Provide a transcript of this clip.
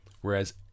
Whereas